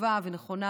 טובה ונכונה,